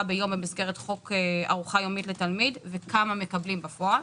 ביום במסגרת חוק ארוחה יומית לתלמיד וכמה מקבלים בפועל?